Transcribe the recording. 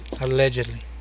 Allegedly